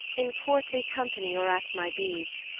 in courtly company, or at my beades,